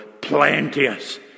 plenteous